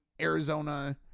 Arizona